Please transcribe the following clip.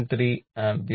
3o ampere